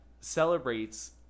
celebrates